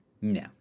No